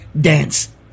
dance